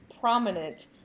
prominent